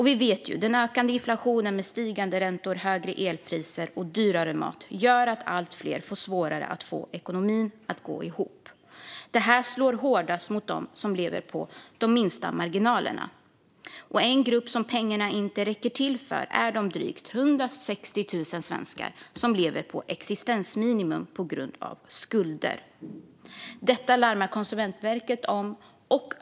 Vi vet att den ökande inflationen med stigande räntor, högre elpriser och dyrare mat gör att allt fler får svårare att få ekonomin att gå ihop. Det slår hårdast mot dem som har de minsta marginalerna. En grupp som pengarna inte räcker till för är de drygt 160 000 svenskar som lever på existensminimum på grund av skulder. Detta larmar Konsumentverket om.